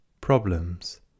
Problems